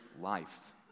life